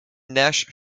nash